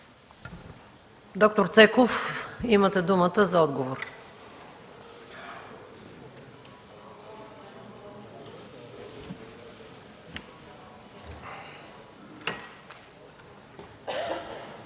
Доктор Цеков, имате думата за отговор.